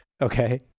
okay